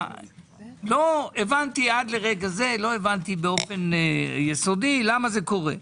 לא הבנתי עד עתה באופן יסודי, למה זה קורה.